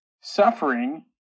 suffering